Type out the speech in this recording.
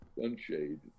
sunshade